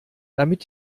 damit